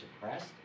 suppressed